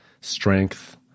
strength